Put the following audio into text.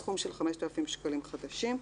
בסכום של 5,000 שקלים חדשים.